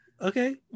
Okay